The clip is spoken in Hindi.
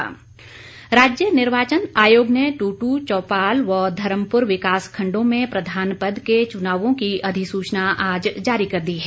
अधिसुचना राज्य निर्वाचन आयोग ने टुट् चौपाल व धर्मपुर विकास खंडों में प्रधान पद के चुनावों की अधिसूचना आज जारी कर दी है